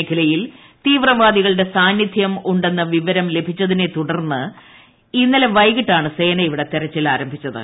മേഖലയിൽ തീവ്രവാദികളുടെ സാന്നിധൃം ഉണ്ടെന്ന വിവരത്തെ തുടർന്ന് ഇന്നലെ വൈകിട്ടാണ് സേന ഇവിടെ തെരച്ചിൽ ആരംഭിച്ചത്